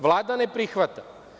Vlada ne prihvata.